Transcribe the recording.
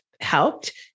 helped